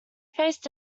faced